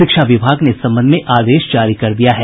शिक्षा विभाग ने इस संबंध में आदेश जारी कर दिया है